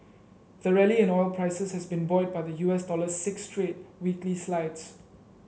the rally in oil prices has been buoyed by the U S dollar's six straight weekly slides